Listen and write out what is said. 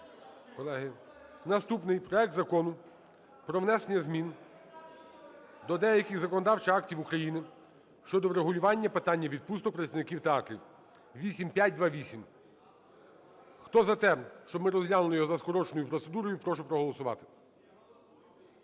наступний - проект Закону про внесення змін до деяких законодавчих актів України щодо врегулювання питання відпусток працівників театрів (8528). Хто за те, щоб ми розглянули його за скороченою процедурою, прошу проголосувати.